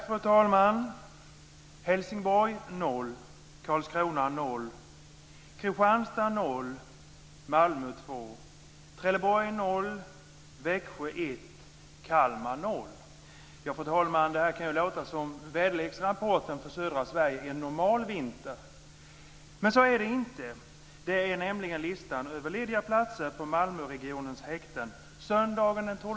Fru talman! Detta kan låta som väderleksrapporten för södra Sverige en normal vinter, men så är det inte. Det är nämligen listan över lediga platser på Fru talman!